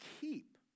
keep